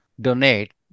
donate